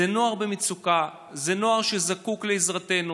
זה נוער במצוקה, זה נוער שזקוק לעזרתנו.